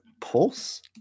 pulse